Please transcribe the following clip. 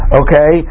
okay